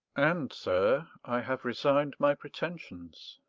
and, sir, i have resigned my pretensions.